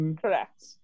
correct